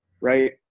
right